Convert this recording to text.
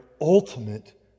ultimate